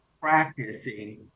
practicing